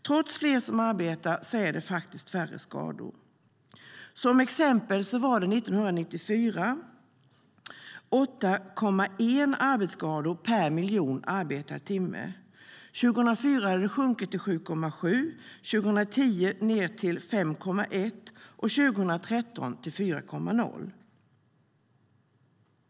Trots fler som arbetar är det färre skador. Som exempel år 1994 skedde 8,1 arbetsskador per miljon arbetade timmar. År 2004 hade det sjunkit till 7,7, år 2010 till 5,1 och år 2013 till 4,0.